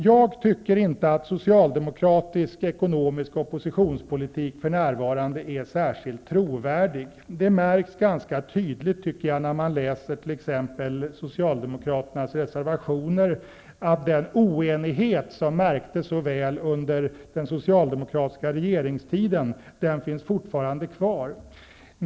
Jag tycker inte att socialdemokratisk ekonomisk oppositionspolitik för närvarande är särskilt trovärdig. Det märks ganska tydligt när man läser t.ex. Socialdemokraternas reservationer att den oenighet som var så uppenbar under den socialdemokratiska regeringstiden fortfarande finns kvar.